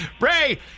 Ray